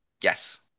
yes